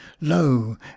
lo